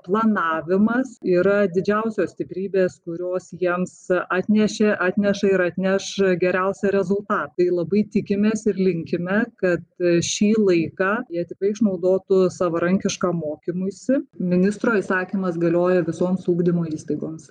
planavimas yra didžiausios stiprybės kurios jiems atnešė atneša ir atneš geriausią rezultatą tai labai tikimės ir linkime kad šį laiką jie tikrai išnaudotų savarankiškam mokymuisi ministro įsakymas galioja visoms ugdymo įstaigoms